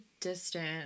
distant